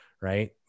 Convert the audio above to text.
right